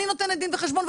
אני נותנת דין וחשבון,